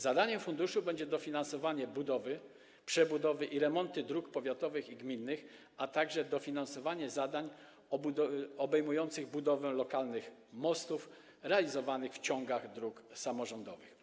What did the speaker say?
Zadaniem funduszu będzie dofinansowanie budowy, przebudowy i remontu dróg powiatowych i gminnych, a także dofinansowanie zadań obejmujących budowę lokalnych mostów lokalizowanych w ciągach dróg samorządowych.